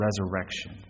resurrection